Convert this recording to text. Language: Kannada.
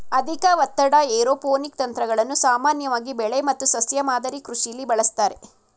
ಅಧಿಕ ಒತ್ತಡದ ಏರೋಪೋನಿಕ್ ತಂತ್ರಗಳನ್ನು ಸಾಮಾನ್ಯವಾಗಿ ಬೆಳೆ ಮತ್ತು ಸಸ್ಯ ಮಾದರಿ ಕೃಷಿಲಿ ಬಳಸ್ತಾರೆ